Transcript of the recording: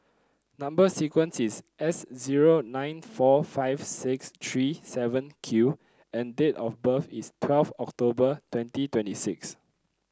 number sequence is S zero nine four five six three seven Q and date of birth is twelve October twenty twenty six